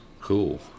cool